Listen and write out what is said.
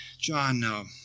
John